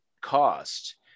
cost